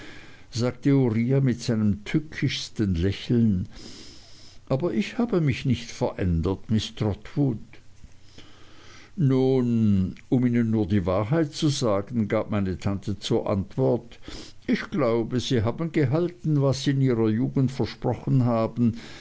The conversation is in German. sagte uriah mit seinem tückischsten lächeln aber ich habe mich nicht verändert miß trotwood nun um ihnen nur die wahrheit zu sagen gab meine tante zur antwort ich glaube sie haben gehalten was sie in ihrer jugend versprochen haben